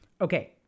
Okay